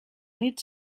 nit